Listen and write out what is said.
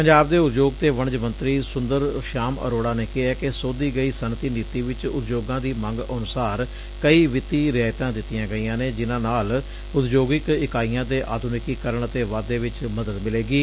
ਪੰਜਾਬ ਦੇ ਉਦਯੋਗ ਤੇ ਵਣਜ ਮੰਤਰੀ ਸੂੰਦਰ ਸ਼ਾਮ ਅਰੋੜਾ ਨੇ ਕਿਹੈ ਕਿ ਸੋਧੀ ਗਈ ਸੱਨਅਤੀ ਨੀਤੀ ਵਿਚ ਉਦਯੋਗਾਂ ਦੀ ਮੰਗ ਅਨੁਸਾਰ ਕਈ ਵਿੱਤੀ ਰਿਆਇਤਾਂ ਦਿੱਤੀਆਂ ਗਈਆਂ ਨੇ ਜਿਨਾਂ ਨਾਲ ਉਦਯੋਗਿਕ ਇਕਾਈਆਂ ਦੇ ਆਧੁਨਿਕੀਕਰਨ ਅਤੇ ਵਾਧੇ ਵਿੱਚ ਮਦਦ ਮਿਲੇਗੀ